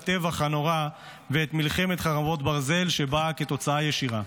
הטבח הנורא ואת מלחמת חרבות ברזל שבאה כתוצאה ישירה,